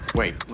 wait